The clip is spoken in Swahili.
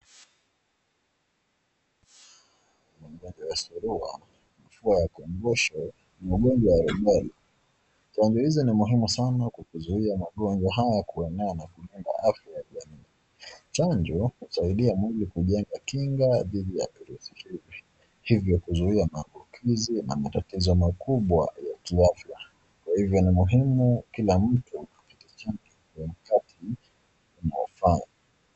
Magonjwa ya surua. kifua ya kombosho na ugonjwa ya rubela. Chanjo hizo ni muhimu sana kuzuia magonjwa haya kuenea na kulinda afya ya jamii. Chanjo husaidia mwili kujenga kinga dhidi ya virusi hivi. Hivyo kuzuia maambukizi na matatizo makubwa ya afya. Kwa hivyo ni muhimu kila mtu apate chanjo kwa wakati unaofaa.